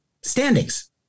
standings